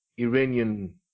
Iranian